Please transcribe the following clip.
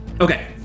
okay